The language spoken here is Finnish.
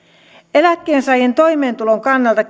eläkkeensaajien toimeentulon kannalta